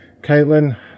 Caitlin